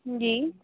जी